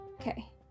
Okay